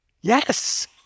Yes